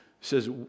says